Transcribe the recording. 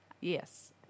yes